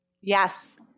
Yes